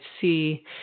see